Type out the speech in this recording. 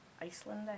Iceland